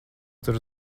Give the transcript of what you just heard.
tur